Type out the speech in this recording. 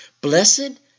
blessed